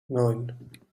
neun